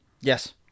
Yes